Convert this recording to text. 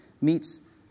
meets